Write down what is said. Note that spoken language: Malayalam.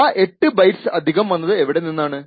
ആ 8 ബൈറ്റ്സ് അധികം വന്നത് എവിടെനിന്നാണ്